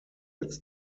its